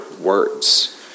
words